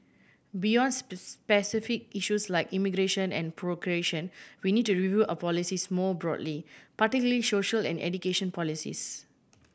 beyond specific issues like immigration and procreation we need to review our policies more broadly particularly social and education policies